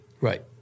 Right